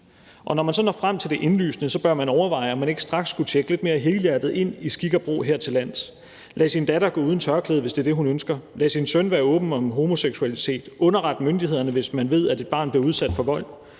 Når man så når frem til det indlysende, bør man overveje, om man ikke straks skulle tjekke lidt mere helhjertet ind i forhold til skik og brug hertillands; f.eks. lade sin datter gå uden tørklæde, hvis det er det, hun ønsker; lade sin søn være åben om homoseksualitet; underrette myndighederne, hvis man ved, at et barn bliver udsat for vold;